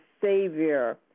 Savior